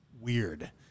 weird